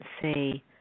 say